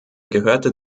gehörte